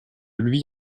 lui